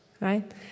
right